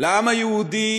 לעם היהודי